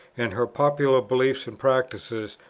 and her popular beliefs and practices,